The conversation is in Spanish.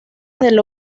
del